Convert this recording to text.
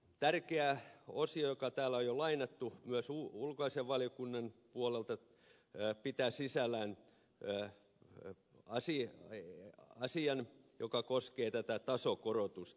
tärkeä osio jota täällä on jo lainattu myös ulkoasiainvaliokunnan puolelta pitää sisällään asian joka koskee tätä tasokorotusta